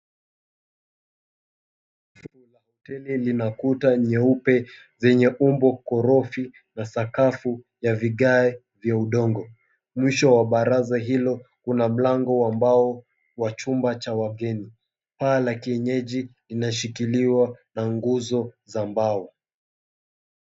La hoteli lina kuta nyeupe zenye umbo korofi na sakafu ya vigae vya udongo. Mwisho wa baraza hilo, kuna mlango wa mbao wa chumba cha wageni. Paa la kienyeji linashikiliwa na nguzo za mbao.